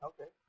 Okay